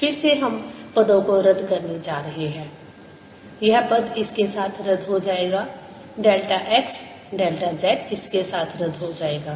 फिर से हम पदों को रद्द करने जा रहे हैं यह पद इसके साथ रद्द हो जाएगा डेल्टा x डेल्टा z इसके साथ रद्द हो जाएगा